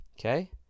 okay